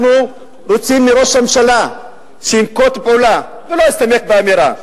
אנחנו רוצים מראש הממשלה שינקוט פעולה ולא יסתפק באמירה.